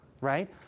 right